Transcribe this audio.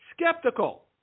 skeptical